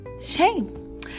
shame